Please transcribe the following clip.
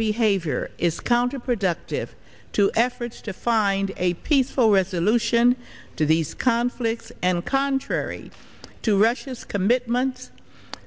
behavior is counterproductive to efforts to find a peaceful resolution to these conflicts and contrary to russia's commitment